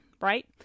right